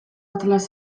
atlas